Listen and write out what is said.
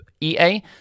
EA